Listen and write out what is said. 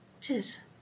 Tis